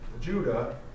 Judah